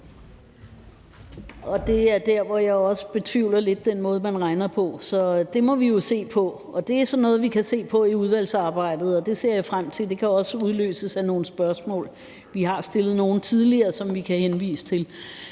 Det er også der, hvor jeg lidt betvivler den måde, man regner på. Så det må vi jo se på, og det er sådan noget, vi kan se på i udvalgsarbejdet, og det ser jeg frem til, og det kan også udløses af nogle spørgsmål. Vi har tidligere stillet nogle, som vi kan henvise til.